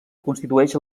constitueix